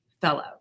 fellow